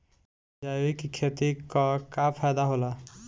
जैविक खेती क का फायदा होला?